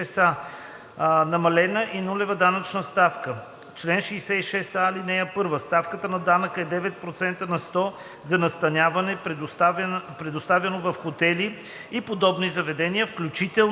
намалена и нулева данъчна ставка. Чл. 66а (1) Ставката на данъка е 9% за настаняване, предоставяно в хотели и подобни заведения, включително